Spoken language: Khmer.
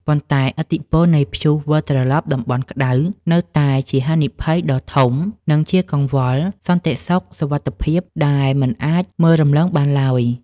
ប៉ុន្តែឥទ្ធិពលនៃ ព្យុះវិលត្រឡប់តំបន់ក្ដៅ នៅតែជាហានិភ័យដ៏ធំ និងជាកង្វល់សន្តិសុខសុវត្ថិភាពដែលមិនអាចមើលរំលងបានឡើយ។